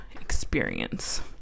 experience